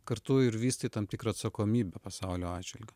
kartu ir vystai tam tikrą atsakomybę pasaulio atžvilgiu